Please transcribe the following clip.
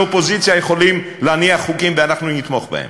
אופוזיציה יכולים להניח חוקים ואנחנו נתמוך בהם.